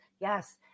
yes